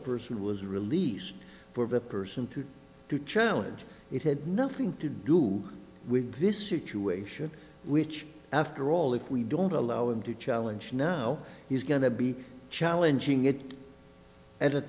person was released for the person to to challenge it had nothing to do with this situation which after all if we don't allow him to challenge now he's going to be challenging it at a